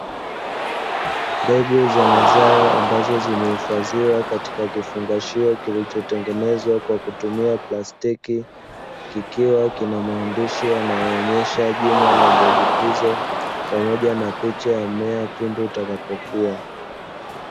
Mbegu za mazao ambazo zimehifadhiwa katika kifungashio kilichotengenezwa kwa kutumia plastiki, kikiwa na maandishi yanayoonesha jina la mbegu hizo pamoja na picha ya mmea pindi utakapo kuwa.